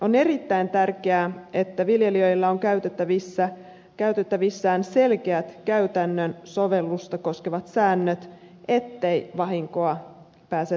on erittäin tärkeää että viljelijöillä on käytettävissään selkeät käytännön sovellusta koskevat säännöt ettei vahinkoa pääse tapahtumaan